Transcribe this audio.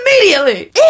Immediately